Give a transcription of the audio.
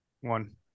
One